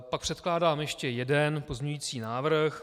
Pak předkládám ještě jeden pozměňující návrh.